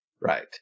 Right